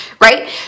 right